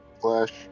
Flash